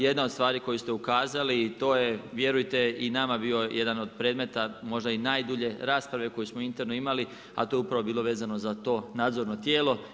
Jedna od stvari koju ste ukazali to je vjerujte i nama bio jedan od predmeta, možda i najdulje rasprave koju smo interno imali, a to je upravo bilo vezano za to nadzorno tijelo.